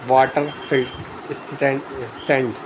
water fill stand